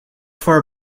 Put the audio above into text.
far